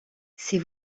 ces